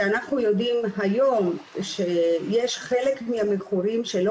אנחנו יודעים היום שיש שחלק מהמכורים שלא